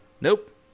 Nope